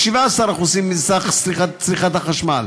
על 17% מסך צריכת החשמל.